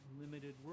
limited